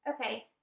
okay